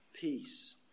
peace